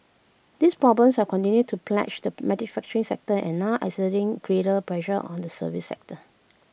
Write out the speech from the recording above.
these problems have continued to pledge the manufacturing sector and now exerting greater pressure on the services sector